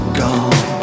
gone